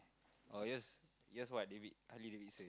or just what David what did David say